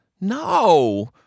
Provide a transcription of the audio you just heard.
no